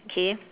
okay